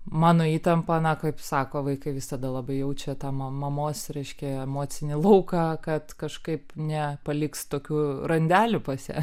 mano įtampą na kaip sako vaikai visada labai jaučia tą ma mamos reiškia emocinį lauką kad kažkaip ne paliks tokių randelių pas ją